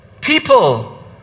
People